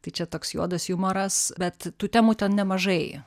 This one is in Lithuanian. tai čia toks juodas jumoras bet tų temų ten nemažai